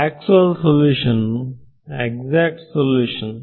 actual solution exact solution